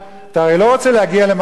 אתה הרי לא רוצה להגיע למצב,